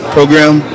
Program